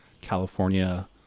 California